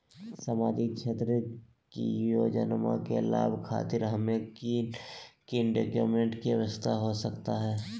सामाजिक क्षेत्र की योजनाओं के लाभ खातिर हमें किन किन डॉक्यूमेंट की आवश्यकता हो सकता है?